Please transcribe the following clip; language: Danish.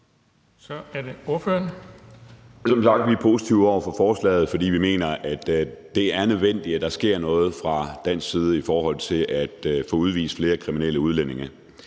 Peter Skaarup (DD): Som sagt er vi positive over for forslaget, fordi vi mener, det er nødvendigt, at der sker noget fra dansk side i forhold til at få udvist flere kriminelle udlændinge.